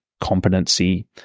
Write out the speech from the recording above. competency